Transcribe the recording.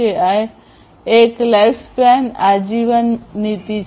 આ એક લાઈફૃસપૅન આજીવન નીતિ છે